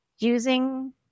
using